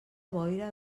boira